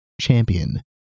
champion